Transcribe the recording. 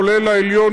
כולל העליון,